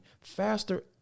faster